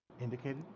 indicated